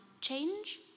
change